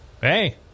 hey